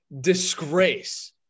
disgrace